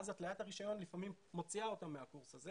גם התליית הרישיון לפעמים מוציאה אותם מהקורס הזה